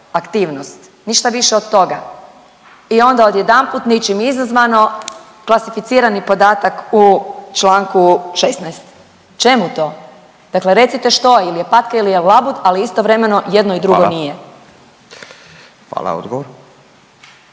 aktivnost, ništa više od toga. I onda odjedanput ničim izazvano klasificirani podatak u članku 16. Čemu to? Dakle, recite što? Ili je patka ili je labud ali istovremeno jedno i drugo nije. **Radin, Furio